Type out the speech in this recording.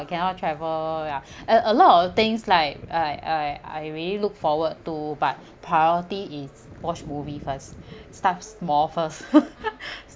you cannot travel ya a a lot of things like I I I really look forward to but priority is watch movie first start small first